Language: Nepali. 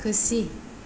खुसी